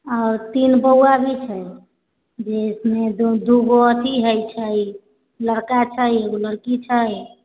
आओर तीन बौआ भी छै जिसमे दुगो अथि है छै लड़का छै एगो लड़की छै